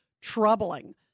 troubling